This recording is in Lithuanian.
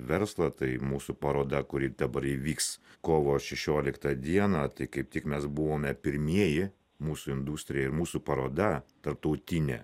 verslą tai mūsų paroda kuri dabar įvyks kovo šešioliktą dieną kaip tik mes buvome pirmieji mūsų industrija ir mūsų paroda tarptautinė